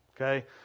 okay